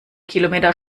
kilometer